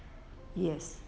yes